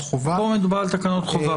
חובה -- פה מדובר על תקנות חובה,